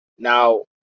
Now